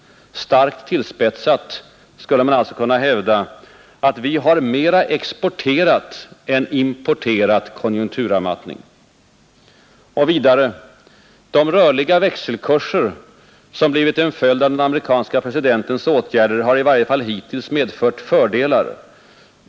Starkt tillspetsat skulle man alltså kunna hävda, att vi har mera exporterat än importerat konjunkturavmattning. Och vidare. De rörliga växelkurser som blivit en följd av den amerikanske presidentens åtgärder har i varje fall hittills medfört fördelar.